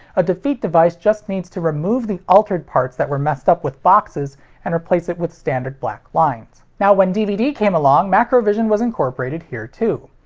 a defeat device just needs to remove the altered parts that were messed up with the boxes and replace it with standard black lines. now, when dvd came along, macrovision was incorporated here, too.